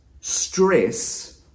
stress